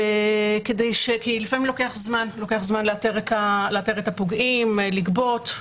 כי לפעמים לוקח זמן לאתר את הפוגעים, לגבות.